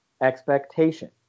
expectation